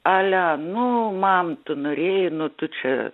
ale nu mam tu norėjai nu tu čia